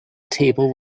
table